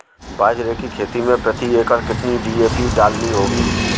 बाजरे की खेती में प्रति एकड़ कितनी डी.ए.पी डालनी होगी?